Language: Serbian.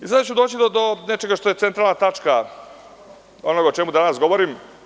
Izgleda da ću doći do nečega što je centralna tačka onoga o čemu danas govorim.